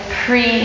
pre